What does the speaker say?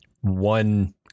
one